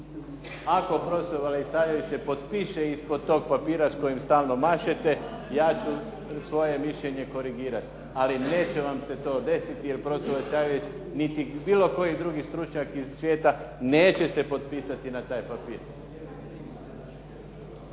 se ne razumije./… se potpiše ispod tog papira s kojim stalno mašete, ja ću svoje mišljenje korigirati, ali neće vam se to desiti jer prof. …/Govornik se ne razumije./… niti bilo koji drugi stručnjak iz svijeta neće se potpisati na taj papir.